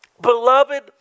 Beloved